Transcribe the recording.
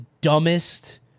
dumbest